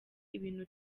ibintu